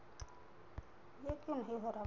यह कौन ही हरा ब